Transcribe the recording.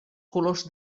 colors